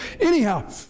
Anyhow